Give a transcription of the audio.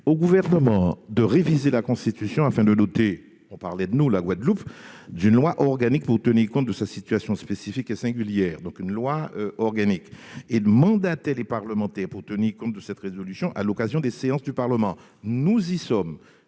au Gouvernement de réviser la Constitution afin de doter la Guadeloupe d'une loi organique pour tenir compte de sa situation spécifique et singulière, et ils ont mandaté les parlementaires pour relayer cette résolution à l'occasion des séances du Parlement. Nous y sommes.